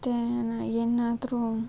ಮತ್ತೆ ಏನ ಏನಾದರೂ